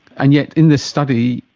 and yet in this study,